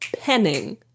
penning